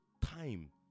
time